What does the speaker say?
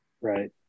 Right